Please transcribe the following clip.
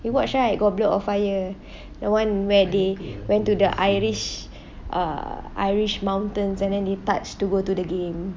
you watched right goblet of fire the one where they went to the irish err irish mountains and then they touch to go to the game